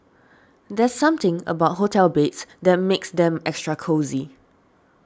there's something about hotel beds that makes them extra cosy